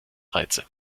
reize